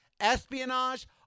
espionage